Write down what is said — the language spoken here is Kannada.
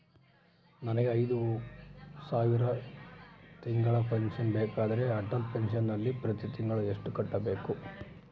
ನನಗೆ ಐದು ಸಾವಿರ ತಿಂಗಳ ಪೆನ್ಶನ್ ಬೇಕಾದರೆ ಅಟಲ್ ಪೆನ್ಶನ್ ನಲ್ಲಿ ಪ್ರತಿ ತಿಂಗಳು ಎಷ್ಟು ಕಟ್ಟಬೇಕು?